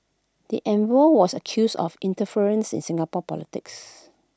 the envoy was accused of interference in Singapore politics